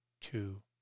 two